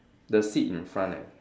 the seat in front leh